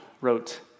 wrote